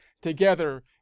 Together